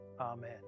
Amen